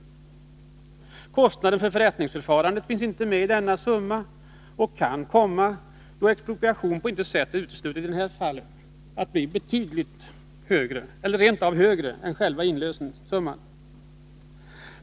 Kostnaden för förrättningsförfarandet finns inte med i denna summa och kan, då expropriation på intet sätt kan uteslutas i detta fall, komma att bli rent av högre än själva inlösensumman.